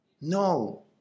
no